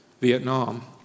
Vietnam